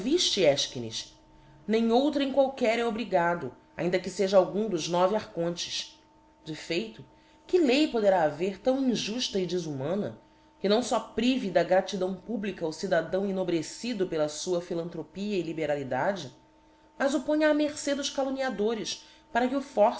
ouvifte efchines nem outrem qualquer é obrigado ainda que feja algum dos nove archontes de feito que lei poderá haver tão injuíla e defhumana que não fó prive da gratidão publica o cidadão ennobrecido pela fua philantropia e liberalidade mas o ponha á mercê dos calumniadores para que o